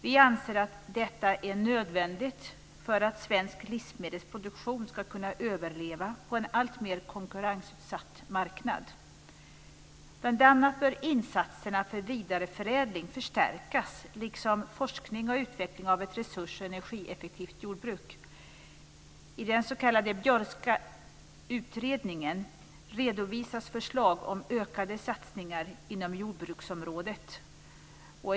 Vi anser att detta är nödvändigt för att svensk livsmedelsproduktion ska kunna överleva på en alltmer konkurrensutsatt marknad. Bl.a. bör insatserna för vidareförädling förstärkas liksom forskning och utveckling av ett resurs och energieffektivt jordbruk. I den s.k. björkska utredningen redovisas förslag om ökade satsningar inom jordbruksområdet.